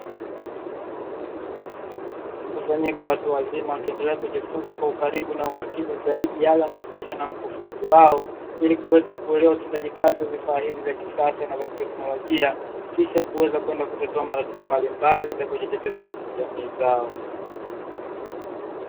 Mkusanyiko wa watu wazima wakiendelea kujifunza kwa ukaribu na umakini zaidi yale wanayofundishwa na mkufunzi wao, ili kuweza kuelewa utendaji kazi wa vifaa hivi vya kisasa na kiteknolojia, kisha kuweza kwenda kutatua matatizo ya mbalimbali yatayojitokeza katika jamii zao .